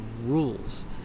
rules